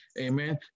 Amen